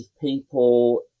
people